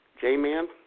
J-Man